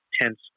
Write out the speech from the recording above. tense